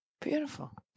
Beautiful